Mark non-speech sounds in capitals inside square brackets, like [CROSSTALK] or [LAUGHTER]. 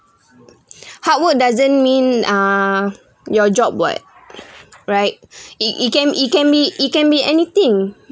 [BREATH] hard work doesn't mean uh your job [what] right it it can it can be it can be anything